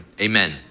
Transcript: Amen